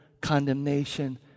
condemnation